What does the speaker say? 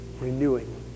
renewing